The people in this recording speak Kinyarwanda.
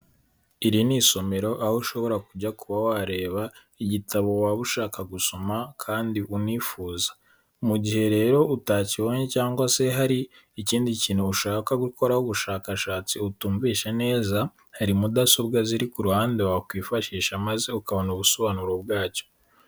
Iri ni isomero, aho ushobora kujya kuba wareba igitabo waba ushaka gusoma kandi unifuza, mu gihe rero utakibonye cyangwa se hari ikindi kintu ushaka gukoraho ubushakashatsi utumvishe neza, hari mudasobwa ziri ku ruhande wakwifashisha maze ukabona ubusobanuro bwacyo.